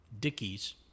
Dickies